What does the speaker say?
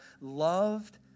loved